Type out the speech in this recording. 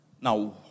Now